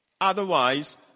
Otherwise